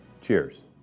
Cheers